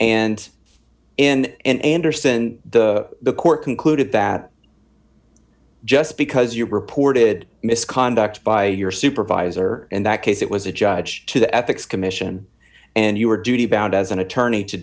and in an andersen the court concluded that just because you reported misconduct by your supervisor in that case it was a judge to the ethics commission and you were duty bound as an attorney to